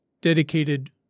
dedicated